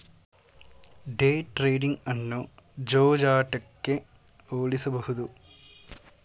day trading ಅನ್ನು ಜೂಜಾಟಕ್ಕೆ ಹೋಲಿಸಬಹುದು